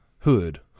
hood